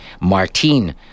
Martine